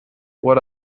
what